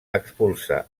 expulsa